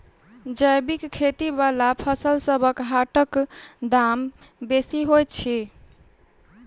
जैबिक खेती बला फसलसबक हाटक दाम बेसी होइत छी